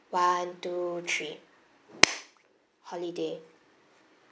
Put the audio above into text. one two three holiday